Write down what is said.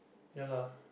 ya lah